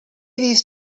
these